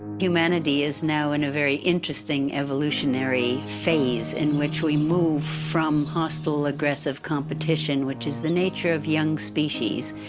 humanity is now in a very interesting evolutionary phase in which we move from hostile, aggressive competition, which is in the nature of young species,